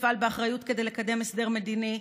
שתפעל באחריות כדי לקדם הסדר מדיני,